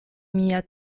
mia